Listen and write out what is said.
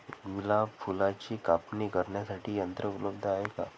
गुलाब फुलाची कापणी करण्यासाठी यंत्र उपलब्ध आहे का?